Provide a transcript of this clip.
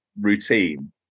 routine